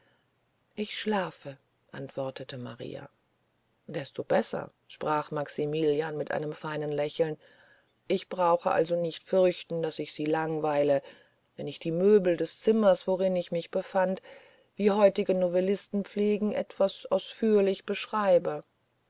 ich schlafe antwortete maria desto besser sprach maximilian mit einem feinen lächeln ich brauche also nicht zu fürchten daß ich sie langweile wenn ich die möbel des zimmers worin ich mich befand wie heutige novellisten pflegen etwas ausführlich beschreibe